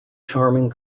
charming